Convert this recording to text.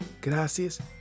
Gracias